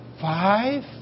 Five